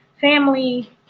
family